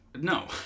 No